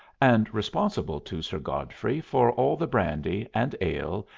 and responsible to sir godfrey for all the brandy, and ale,